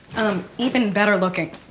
um, even better looking.